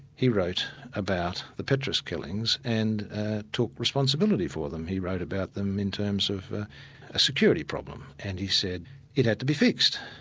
he wrote about the petrus killings, and took responsibility for them. he wrote about them in terms of a security problem, and he said it had to be fixed,